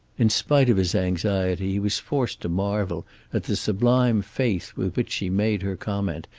in spite of his anxiety he was forced to marvel at the sublime faith with which she made her comment,